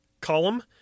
column